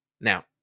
Now